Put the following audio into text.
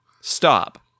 Stop